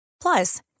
Plus